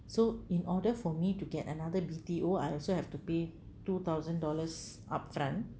so in order for me to get another B_T_O I also have to pay two thousand dollars upfront